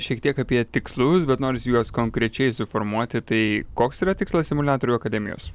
šiek tiek apie tikslus bet nors juos konkrečiai suformuoti tai koks yra tikslas simuliatorių akademijos